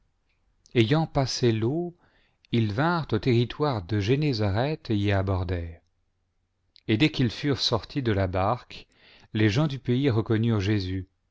ayant passé l'eau ils vinrent au territoire de génésareth et y abordèrent et dès qu'ils furent sortis de la barque les gens du pajrs reconnurent jésus